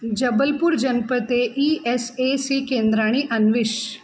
जबल्पुर् जनपदे E S A C केन्द्राणि अन्विष